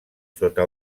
sota